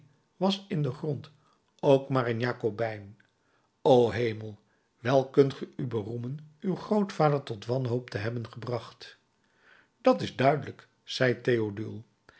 was in den grond ook maar een jakobijn o hemel wel kunt ge u beroemen uw grootvader tot wanhoop te hebben gebracht dat is duidelijk zei theodule